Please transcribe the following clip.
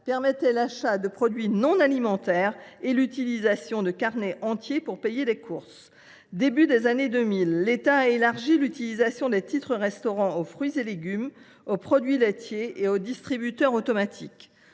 permettaient l’achat de produits non alimentaires et l’utilisation de carnets entiers pour payer les courses. Au début des années 2000, l’État a élargi l’utilisation de ce moyen de paiement aux fruits et légumes, aux produits laitiers et aux distributeurs automatiques.